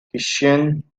christian